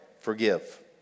forgive